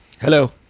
Hello